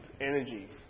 energy